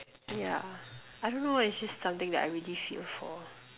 yeah I don't know leh it's just something that I really feel for